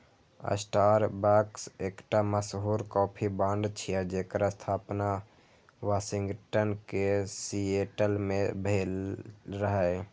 Starbucks एकटा मशहूर coffee brand छियै, जेकर स्थापना वाशिंगटन के सिएटल मे भेल रहै